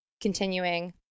continuing